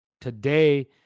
today